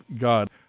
God